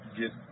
get